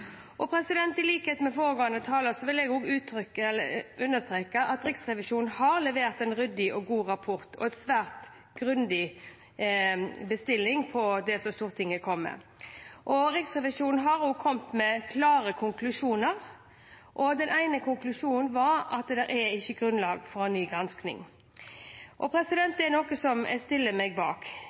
I likhet med foregående taler vil jeg understreke at Riksrevisjonen har levert en ryddig og god rapport, svært grundig ut fra Stortingets bestilling. Riksrevisjonen har også kommet med klare konklusjoner, og den ene konklusjonen var at det ikke er grunnlag for en ny gransking. Det er noe jeg stiller meg bak.